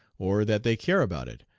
or that they care about it,